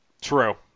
True